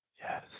Yes